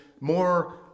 More